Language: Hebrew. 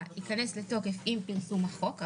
או אם הוא נכה צה"ל אז הוא זכאי כנכה צה"ל,